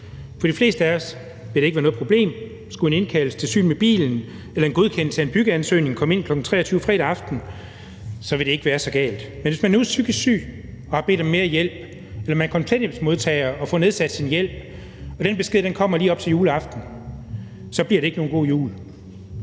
For de fleste af os vil det ikke være noget problem. Skulle en indkaldelse til syn med bilen eller en godkendelse af en byggeansøgning komme ind kl. 23.00 fredag aften, ville det ikke være så galt. Men hvis man nu er psykisk syg og har bedt om mere hjælp eller man er kontanthjælpsmodtager og får nedsat sin hjælp og den besked kommer lige op til juleaften, bliver det ikke nogen god jul.